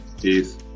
Peace